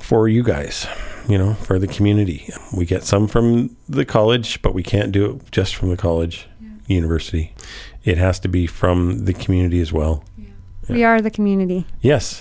for you guys you know for the community we get some from the college but we can't do it just from a college university it has to be from the community as well and we are the community yes